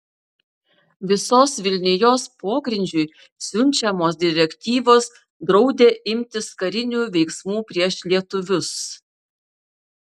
visos vilnijos pogrindžiui siunčiamos direktyvos draudė imtis karinių veiksmų prieš lietuvius